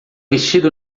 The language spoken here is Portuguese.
vestido